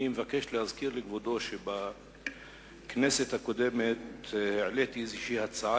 אני מבקש להזכיר לכבודו שבכנסת הקודמת העליתי איזו הצעה